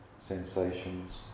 sensations